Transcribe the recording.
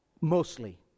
mostly